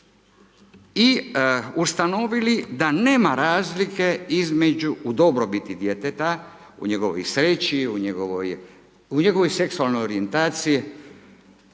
i ustanovili da nema razlike između u dobrobiti djeteta, u njegovoj sreći, u njegovoj seksualnoj orijentaciji,